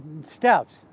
steps